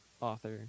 author